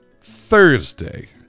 Thursday